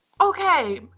okay